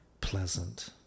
pleasant